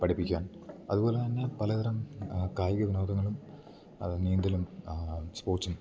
പഠിപ്പിക്കാൻ അതുപോലെ തന്നെ പല തരം കായിക വിനോദങ്ങളും നീന്തലും സ്പോട്സ്സും